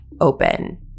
open